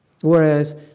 Whereas